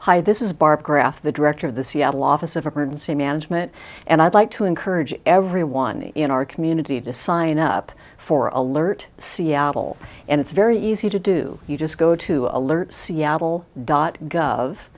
hi this is bark graft the director of the seattle office of emergency management and i'd like to encourage everyone in our community to sign up for alert seattle and it's very easy to do you just go to alert seattle dot gov